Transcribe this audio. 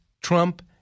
Trump